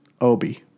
Obi